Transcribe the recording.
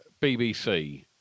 BBC